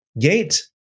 gate